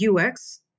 UX